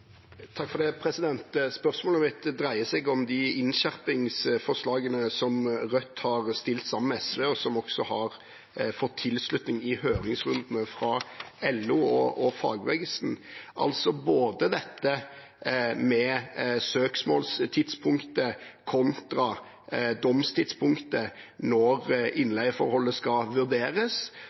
Spørsmålet mitt dreier seg om de innskjerpingsforslagene som Rødt har fremmet sammen med SV, og som også har fått tilslutning i høringsrundene fra LO og fagbevegelsen. Det er både dette med søksmålstidspunktet konktra domstidspunktet når innleieforholdet skal vurderes,